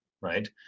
right